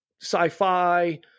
sci-fi